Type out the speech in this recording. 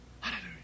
Hallelujah